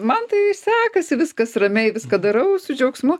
man tai sekasi viskas ramiai viską darau su džiaugsmu